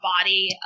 body